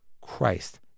Christ